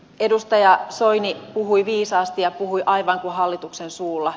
edustaja soini puhui viisaasti ja puhui aivan kuin hallituksen suulla